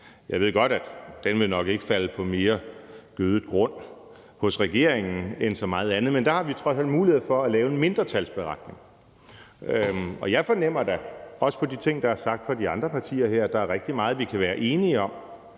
Jeg ved godt, at den nok ikke ville falde på mere gødet grund hos regeringen end så meget andet, men der har vi trods alt mulighed for at lave en mindretalsberetning. Jeg fornemmer da også på de ting, der er sagt fra de andre partier her, at der er rigtig meget, vi kan være enige om,